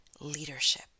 leadership